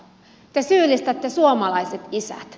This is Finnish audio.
te syyllistätte suomalaiset isät